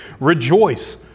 rejoice